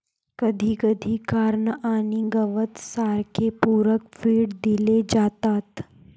कधीकधी कॉर्न आणि गवत सारखे पूरक फीड दिले जातात